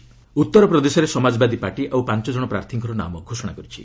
SP list ଉତ୍ତରପ୍ରଦେଶରେ Samajwadi Party ଆଉ ପାଞ୍ଚ ଜଣ ପ୍ରାର୍ଥୀଙ୍କର ନାମ ଘୋଷଣା କରିଛି